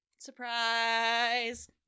Surprise